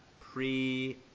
pre